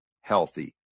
healthy